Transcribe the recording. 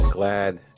glad